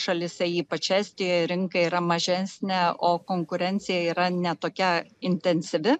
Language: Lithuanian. šalyse ypač estijoje rinka yra mažesnė o konkurencija yra ne tokia intensyvi